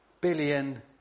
billion